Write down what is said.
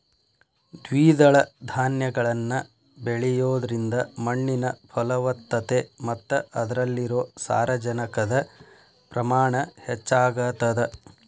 ದ್ವಿದಳ ಧಾನ್ಯಗಳನ್ನ ಬೆಳಿಯೋದ್ರಿಂದ ಮಣ್ಣಿನ ಫಲವತ್ತತೆ ಮತ್ತ ಅದ್ರಲ್ಲಿರೋ ಸಾರಜನಕದ ಪ್ರಮಾಣ ಹೆಚ್ಚಾಗತದ